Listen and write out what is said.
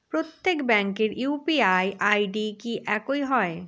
প্রত্যেক ব্যাংকের UPI ID কি একই হয়?